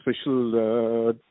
special